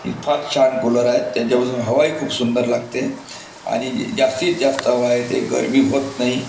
आणि फार छान कूलर आहेत त्यांच्यापासून हवाई खूप सुंदर लागते आणि जास्तीत जास्त हवा येते गरमी होत नाही